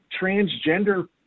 transgender